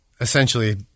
essentially